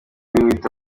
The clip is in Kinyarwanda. wita